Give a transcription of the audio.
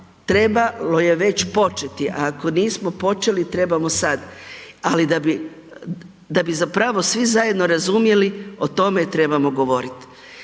trebalo je već početi, ako nismo počeli trebamo sad. Ali, da bi zapravo svi zajedno razumjeli, o tome trebamo govoriti.